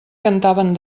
cantaven